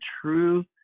true